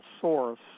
source